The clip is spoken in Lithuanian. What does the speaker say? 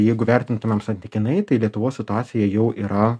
jeigu vertintumėm santykinai tai lietuvos situacija jau yra